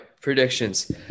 predictions